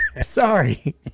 Sorry